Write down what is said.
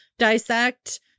dissect